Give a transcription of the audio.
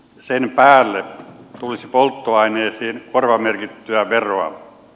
sen päälle tulisi polttoaineisiin korvamerkittyä veroa